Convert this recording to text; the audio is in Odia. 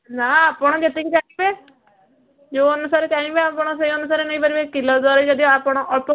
ନା ଆପଣ ଯେତିକି ଚାହିଁବେ ଯେଉଁ ଅନୁସାରେ ଚାହିଁବେ ଆପଣ ସେ ଅନୁସାରେ ନେଇପାରିବେ କିଲୋ ଦ୍ୱାରା ଯଦି ଆପଣ ଅଳ୍ପ